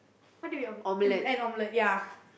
what do we and and omelette ya